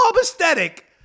aesthetic